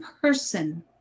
person